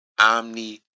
omni